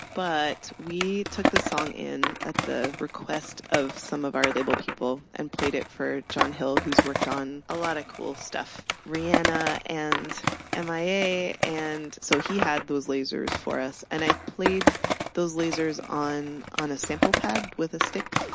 but we took the song in at the request of some of our label people and played it for john hill who's worked on a lot of cool stuff rihanna and m i a. and so he had those lasers for us, and i played those lasers on on a sample pad with a stick.